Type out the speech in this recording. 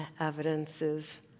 evidences